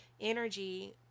energy